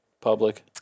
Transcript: public